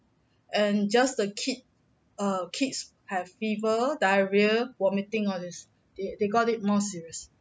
and just the kid err kids have fever diarrhoea vomiting all this they they got it more serious